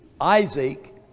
Isaac